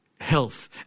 health